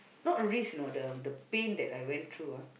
not risks you know the the pain that I went through ah